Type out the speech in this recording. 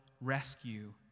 rescue